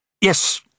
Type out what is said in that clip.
Yes